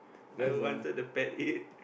I wanted to pet it